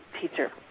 teacher